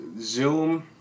Zoom